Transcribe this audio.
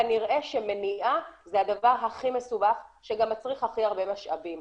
כנראה שמניעה זה הדבר הכי מסובך שגם מצריך הכי הרבה משאבים.